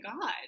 god